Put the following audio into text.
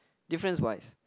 difference wise